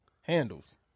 handles